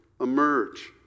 emerge